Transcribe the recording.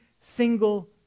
single